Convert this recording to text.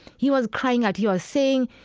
he was crying out. he was saying,